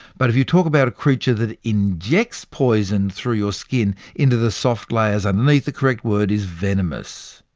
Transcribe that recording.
but if you talk about a creature that injects poison through your skin into the soft layers underneath, the correct word is venomous.